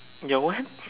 your what